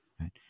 right